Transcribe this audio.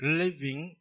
living